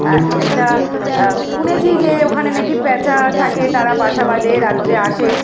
একটা শুনেছি যে ওখানে নাকি পেঁচা থাকে তারা বাসা বাঁধে রাত্রে আসে